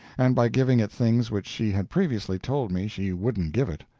and by giving it things which she had previously told me she wouldn't give it.